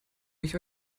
mich